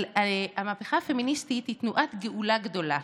אבל המהפכה הפמיניסטית היא תנועת גאולה גדולה.